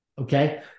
okay